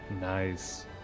nice